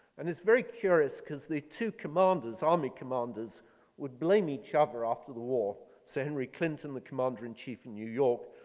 and he's very curious because the two commanders, army commanders would blame each other after the war. sir henry clinton, the commander-in-chief in new york,